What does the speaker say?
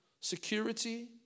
security